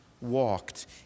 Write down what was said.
walked